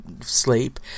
sleep